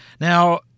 Now